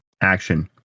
action